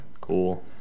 Cool